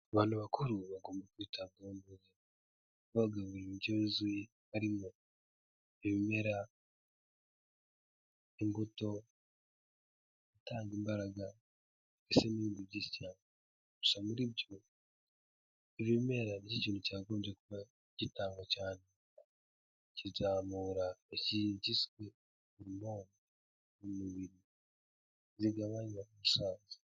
Abantu bakuru bagomba kwitabwaho babagaburira indyo yuzuye harimo ibimera, imbuto, ibitanga imbaraga, mbese n'ibindi byinshi cyane. Gusa muri byo ibimera nicyo kintu cyagombye kuba gitangwa cyane, kizamura vitamine mu mubiri zigabanya gusaza.